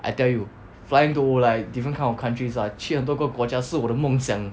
I tell you flying to like different kind of countries ah 去很多个国家是我的梦想